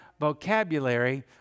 vocabulary